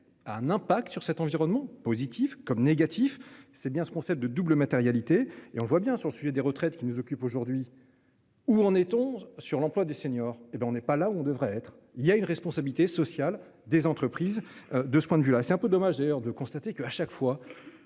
a un impact sur cet environnement positif comme négatif. C'est bien ce concept de double matérialité et on le voit bien sur le sujet des retraites, qui nous occupe aujourd'hui. Où en est-on sur l'emploi des seniors et ben on n'est pas là où on devrait être il y a une responsabilité sociale des entreprises, de ce point de vue-là c'est un peu dommage d'ailleurs de constater que, à chaque fois